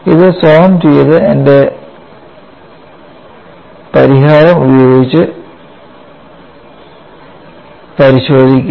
ഇത് സ്വയം ചെയ്ത് എന്റെ പരിഹാരം ഉപയോഗിച്ച് പരിശോധിക്കുക